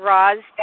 Roz